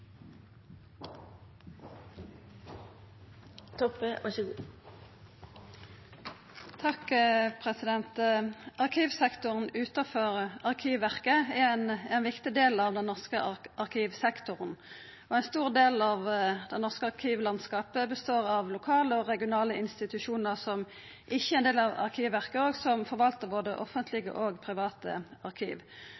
forslaget hun refererte til. Arkivsektoren utanfor Arkivverket er ein viktig del av den norske arkivsektoren, og ein stor del av det norske arkivlandskapet består av lokale og regionale institusjonar som ikkje er ein del av Arkivverket, og som forvaltar både